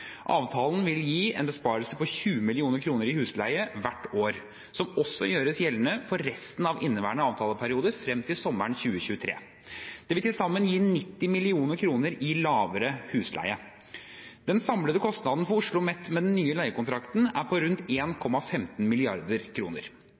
Avtalen vil gi en besparelse på 20 mill. kr i husleie, hvert år, som også gjøres gjeldende for resten av inneværende avtaleperiode, frem til sommeren 2023. Det vil til sammen gi 90 mill. kr i lavere husleie. Den samlede kostnaden for OsloMet med den nye leiekontrakten er på rundt